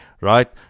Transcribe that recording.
right